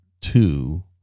two